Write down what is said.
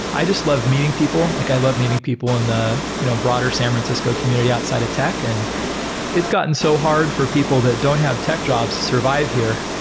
i just love meeting people. like i love meeting people on a you know broader san francisco community outside of tech, and it's gotten so hard for people that don't have tech jobs survive here.